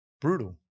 Brutal